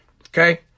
okay